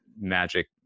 magic